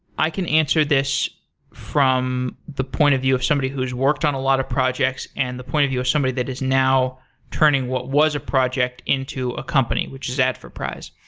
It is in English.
i can answer this from the point of view of somebody who's worked on a lot of projects and the point of view of somebody that is now turning what was a project into a company, which is adforprize.